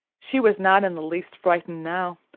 she was not in the least frightened now,